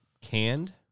canned